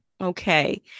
okay